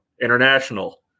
international